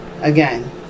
Again